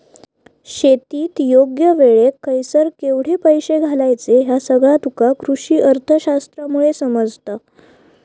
शेतीत योग्य वेळेक खयसर केवढे पैशे घालायचे ह्या सगळा तुका कृषीअर्थशास्त्रामुळे समजता